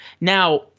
Now